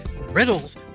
riddles